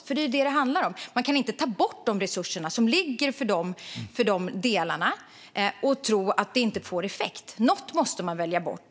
Det är nämligen vad det handlar om. Man kan inte ta bort resurserna för de delarna och tro att det inte får effekt. Något måste man välja bort.